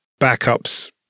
backups